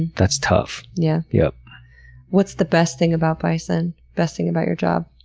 that's tough. yeah yeah what's the best thing about bison? best thing about your job?